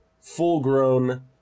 full-grown